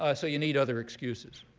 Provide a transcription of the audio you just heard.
ah so you need other excuses.